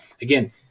Again